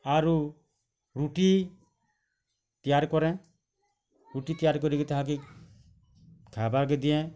ଆରୁ ରୁଟି ତିଆର୍ କରେଁ ରୁଟି ତିଆରି କରି କି ତା ଦିହେ ଖାବାକେ ଦିଏଁ